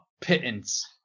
pittance